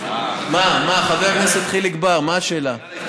מה, חבר הכנסת חיליק בר, מה השאלה?